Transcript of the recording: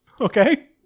Okay